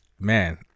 man